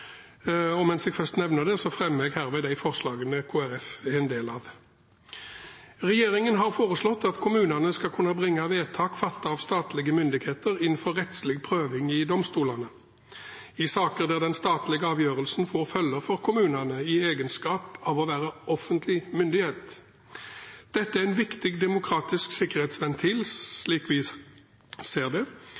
Regjeringen har foreslått at kommunene skal kunne bringe vedtak fattet av statlige myndigheter inn for rettslig prøving i domstolene i saker der den statlige avgjørelsen får følger for kommunene i egenskap av å være offentlig myndighet. Dette er en viktig demokratisk sikkerhetsventil, slik vi ser det,